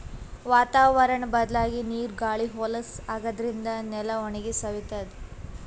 ವಾತಾವರ್ಣ್ ಬದ್ಲಾಗಿ ನೀರ್ ಗಾಳಿ ಹೊಲಸ್ ಆಗಾದ್ರಿನ್ದ ನೆಲ ಒಣಗಿ ಸವಿತದ್